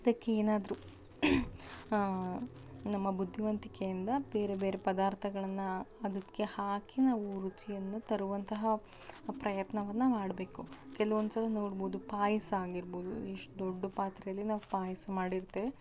ಅದಕ್ಕೆ ಏನಾದ್ರೂ ನಮ್ಮ ಬುದ್ದಿವಂತಿಕೆಯಿಂದ ಬೇರೆ ಬೇರೆ ಪದಾರ್ಥಗಳನ್ನು ಅದಕ್ಕೆ ಹಾಕಿ ನಾವು ರುಚಿಯನ್ನು ತರುವಂತಹ ಪ್ರಯತ್ನವನ್ನು ಮಾಡಬೇಕು ಕೆಲವೊಂದು ಸಲ ನೋಡ್ಬೌದು ಪಾಯಸ ಆಗಿರ್ಬೋದು ಇಷ್ಟು ದೊಡ್ಡ ಪಾತ್ರೆಯಲ್ಲಿ ನಾವು ಪಾಯ್ಸ ಮಾಡಿರ್ತೇವೆ